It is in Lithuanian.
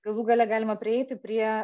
galų gale galima prieiti prie